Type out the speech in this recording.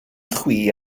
chwi